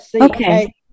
Okay